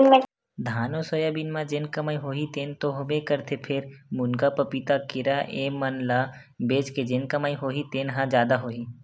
धान अउ सोयाबीन म जेन कमई होही तेन तो होबे करथे फेर, मुनगा, पपीता, केरा ए मन ल बेच के जेन कमई होही तेन ह जादा होही